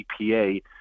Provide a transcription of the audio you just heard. EPA